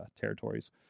territories